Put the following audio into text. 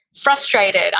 frustrated